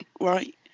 right